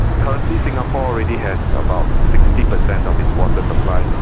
currently singapore already has about sixty percent of its water supplies,